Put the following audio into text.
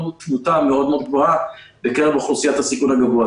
תמותה גבוהה מאוד בקרב אוכלוסיית הסיכון הגבוה.